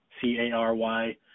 C-A-R-Y